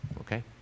okay